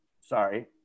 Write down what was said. Sorry